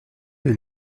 deux